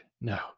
No